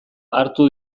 hartu